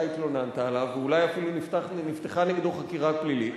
התלוננת עליו ואולי אפילו נפתחה נגדו חקירה פלילית,